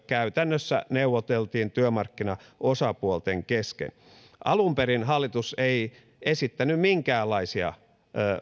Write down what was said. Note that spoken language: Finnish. käytännössä neuvoteltiin työmarkkinaosapuolten kesken alun perin hallitus ei esittänyt minkäänlaisia